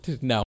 No